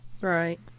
Right